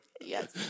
Yes